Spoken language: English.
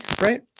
right